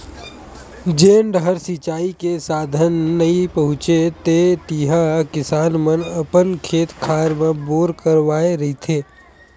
जेन डाहर सिचई के साधन नइ पहुचे हे तिहा किसान मन अपन खेत खार म बोर करवाए रहिथे